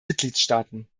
mitgliedstaaten